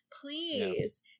Please